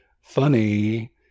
funny